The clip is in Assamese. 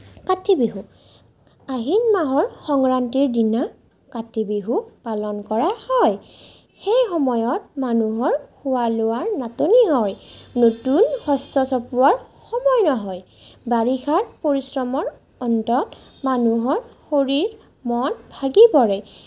কাতি বিহু আহিন মাহৰ সংৰান্তিৰ দিনা কাতি বিহু পালন কৰা হয় সেই সময়ত মানুহৰ খোৱা লোৱাৰ নাটনি হয় নতুন শস্য চপোৱাৰ সময় নহয় বাৰিষাৰ পৰিশ্ৰমৰ অন্তত মানুহৰ শৰীৰ মন ভাগি পৰে